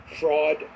fraud